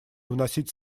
вносить